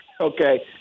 okay